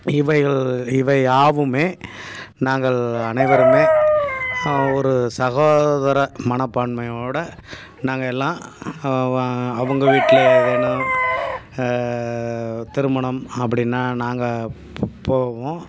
இவைகள் இவையாவுமே நாங்கள் அனைவருமே ஒரு சகோதர மனப்பான்மையோடு நாங்கள் எல்லாம் அவங்க வீட்டில் எதேனும் திருமணம் அப்படின்னா நாங்கள் போ போவோம்